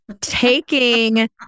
taking